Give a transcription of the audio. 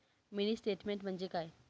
Mini statement म्हणजे काय?